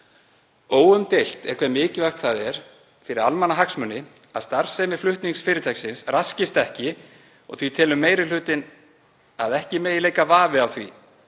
Óumdeilt er hve mikilvægt það er fyrir almannahagsmuni að starfsemi flutningsfyrirtækisins raskist ekki og því telur meiri hlutinn að ekki megi leika vafi á því